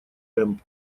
темп